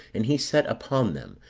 and he set upon them,